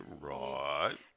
right